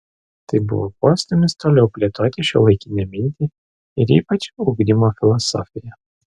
tai buvo postūmis toliau plėtoti šiuolaikinę mintį ir ypač ugdymo filosofiją